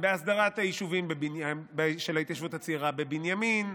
בהסדרת היישובים של ההתיישבות הצעירה בבנימין,